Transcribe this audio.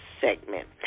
segment